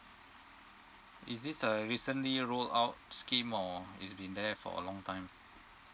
is this a recently roll out scheme or it's been there for a long time